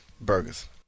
Burgers